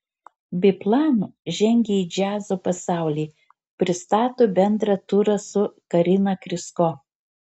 biplan žengia į džiazo pasaulį pristato bendrą turą su karina krysko